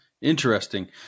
interesting